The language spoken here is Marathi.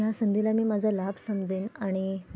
या संधीला मी माझा लाभ समजेन आणि